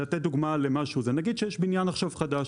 זה לתת דוגמה למשהו: נגיד שיש בניין חדש,